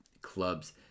clubs